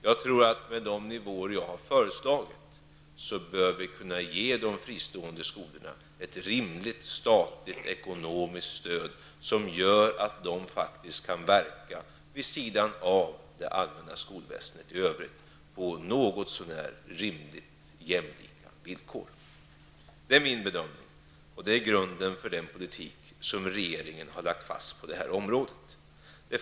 Jag tror att med de nivåer som jag har föreslagit bör de fristående skolorna få ett rimligt statligt ekonomiskt stöd, som gör att de kommer att kunna verka vid sidan av det allmänna skolväsendet på något så när jämlika villkor. Detta är min bedömning, och det är grunden för den politik som regeringen har lagt fast på detta område.